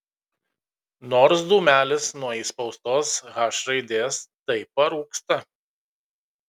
nors dūmelis nuo įspaustos h raidės tai parūksta